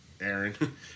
aaron